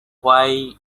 why